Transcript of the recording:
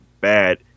bad